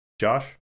Josh